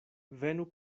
venu